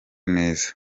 neza